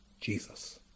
Jesus